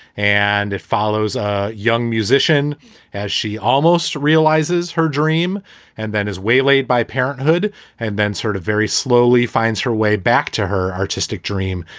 and it follows a young musician as she almost realizes her dream and then is waylaid by parenthood and then sort of very slowly finds her way back to her artistic dream.